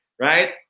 right